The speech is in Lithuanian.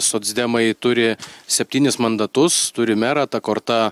socdemai turi septynis mandatus turi merą ta korta